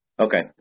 Okay